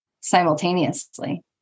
simultaneously